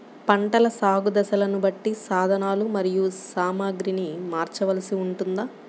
పంటల సాగు దశలను బట్టి సాధనలు మరియు సామాగ్రిని మార్చవలసి ఉంటుందా?